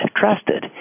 trusted